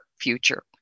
future